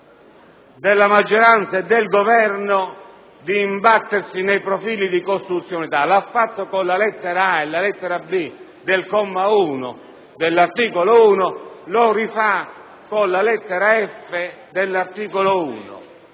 della maggioranza e del Governo di imbattersi nei profili di costituzionalità: l'ha fatto con le lettere *a)* e *b)* del comma 1 dell'articolo 1; lo rifà con la lettera *f)* dell'articolo 1.